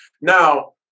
Now